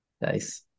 Nice